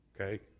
Okay